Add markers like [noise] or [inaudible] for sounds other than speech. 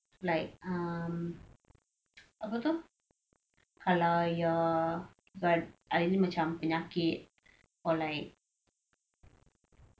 like um [noise] apa tu kalau ayah got ai~ macam penyakit or like